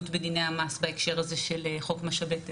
בדיני המס בהקשר הזה של חוק משאבי טבע.